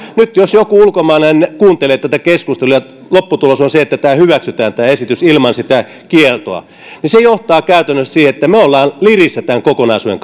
nyt jos joku ulkomainen kuuntelee tätä keskustelua ja lopputulos on se että tämä esitys hyväksytään ilman sitä kieltoa niin se johtaa käytännössä siihen että me olemme lirissä tämän kokonaisuuden